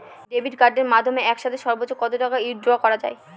Debit কার্ডের মাধ্যমে একসাথে সর্ব্বোচ্চ কত টাকা উইথড্র করা য়ায়?